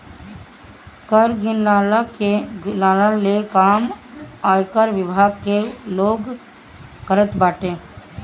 कर गिनला ले काम आयकर विभाग के लोग करत बाटे